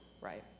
right